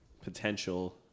potential